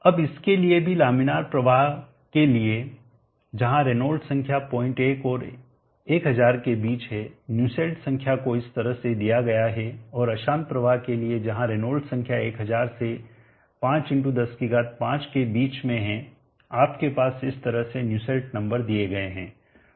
अब इसके लिए भी लामिनार प्रवाह के लिए जहां रेनॉल्ड्स संख्या 01 और 1000 के बीच है न्यूसेल्ट संख्या को इस तरह से दिया गया है और अशांत प्रवाह के लिए जहां रेनॉल्ड्स संख्या 1000 से 5105 के बीच में है आपके पास इस तरह से न्यूसेल्ट नंबर दिए गए है